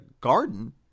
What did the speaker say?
Garden